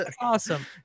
awesome